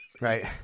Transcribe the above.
Right